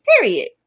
Period